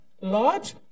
large